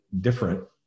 different